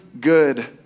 good